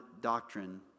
doctrine